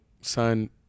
son